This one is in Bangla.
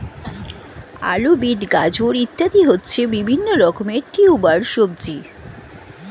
আলু, বিট, গাজর ইত্যাদি হচ্ছে বিভিন্ন রকমের টিউবার সবজি